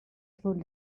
through